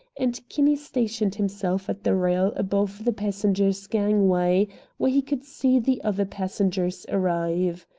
and kinney stationed himself at the rail above the passengers gangway where he could see the other passengers arrive.